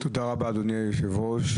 תודה רבה, אדוני היושב-ראש.